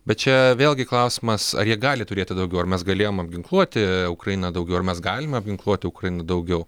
bet čia vėlgi klausimas ar jie gali turėti daugiau ar mes galėjom apginkluoti ukrainą daugiau mes galim apginkluoti ukrainą daugiau